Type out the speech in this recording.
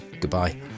Goodbye